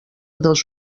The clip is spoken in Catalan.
dos